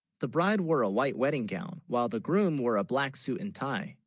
the bride wore a. white wedding gown, while the groom wore a. black suit and tie